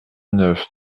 neuf